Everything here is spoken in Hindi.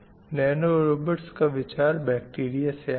नैनो रोबाट्स का विचार बैक्टीरीया से आया है